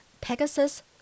Pegasus